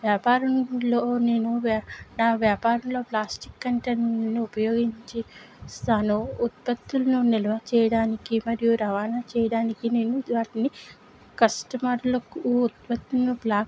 వ్యాపారంలో నేను వ్యా నా వ్యాపారంలో ప్లాస్టిక్ కంటెంట్లు ఉపయోగించి స్తాను ఉత్పత్తులను నిలువ చేయడానికి మరియు రవాణా చేయడానికి నేను వాటిని కష్టమర్ లకు ఉత్పత్తులను బ్లాక్